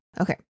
Okay